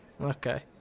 Okay